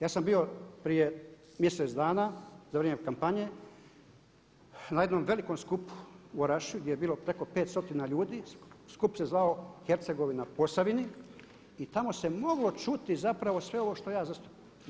Ja sam bio prije mjesec dana za vrijeme kampanje na jednom velikom skupu u Orašju gdje je bilo preko 500 ljudi, skup se zvao „Hercegovina Posavini“ i tamo se moglo čuti zapravo sve ovo što ja zastupam.